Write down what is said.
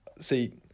see